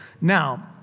Now